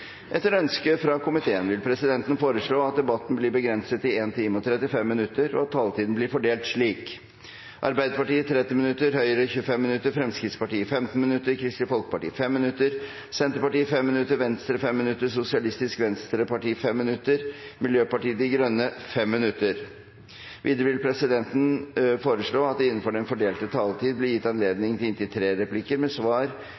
Etter ønske fra arbeids- og sosialkomiteen vil presidenten foreslå at debatten blir begrenset til 1 time og 35 minutter, og at taletiden blir fordelt slik: Arbeiderpartiet 30 minutter, Høyre 25 minutter, Fremskrittspartiet 15 minutter, Kristelig Folkeparti 5 minutter, Senterpartiet 5 minutter, Venstre 5 minutter, Sosialistisk Venstreparti 5 minutter og Miljøpartiet De Grønne 5 minutter. Videre vil presidenten foreslå at det blir gitt anledning til replikkordskifte på inntil tre replikker med svar